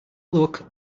look